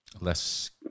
less